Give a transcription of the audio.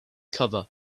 cover